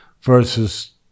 versus